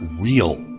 real